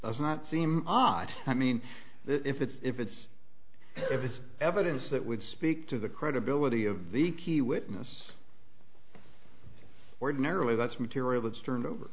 does not seem odd i mean if it's if it's if it's evidence that would speak to the credibility of the key witness ordinarily that's material that's turned over